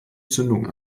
zündung